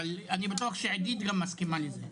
אבל אני בטוח שעידית גם מסכימה לזה.